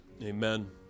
Amen